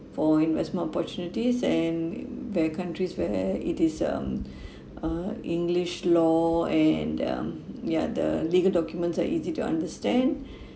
for investment opportunities and where countries where it is um uh english law and um yeah the legal documents are easy to understand